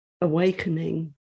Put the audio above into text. awakening